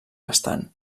bastant